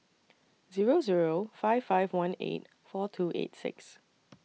Zero Zero five five one eight four two eight six